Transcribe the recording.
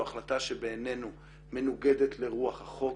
זו החלטה שבעינינו מנוגדת לרוח החוק